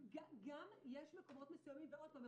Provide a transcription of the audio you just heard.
גם יש מקומות מסוימים ועוד פעם,